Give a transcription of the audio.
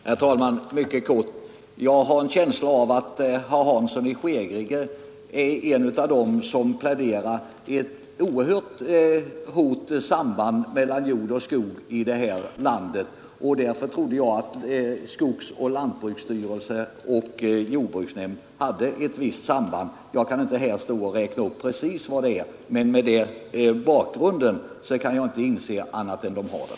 Herr talman! Jag skall fatta mig mycket kort. Herr Hansson i Skegrie är väl en av dem som pläderar för att det finns ett intimt samband mellan jord och skog i detta land, och därför trodde jag att skogsstyrelsen, lantbruksstyrelsen och jordbruksnämnden hade ett visst samarbete. Jag kan inte här direkt ange vilka de kontakterna är, men jag kan inte förstå annat än att det där finns ett samband.